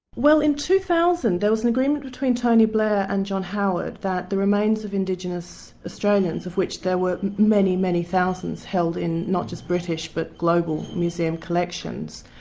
well in two thousand, there was an agreement between tony blair and john howard that the remains of indigenous australians, of which there were many, many thousands held in not just british but global museum collections,